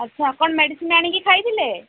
ଆଚ୍ଛା କ'ଣ ମେଡ଼ିସିନ୍ ଆଣିକି ଖାଇଥିଲେ